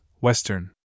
Western